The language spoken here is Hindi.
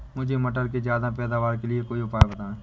मुझे मटर के ज्यादा पैदावार के लिए कोई उपाय बताए?